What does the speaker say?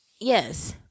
Yes